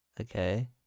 Okay